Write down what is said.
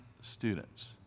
students